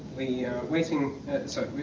we are waiting sorry,